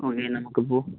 okay നമുക്ക് ഇപ്പോൾ